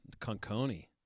Conconi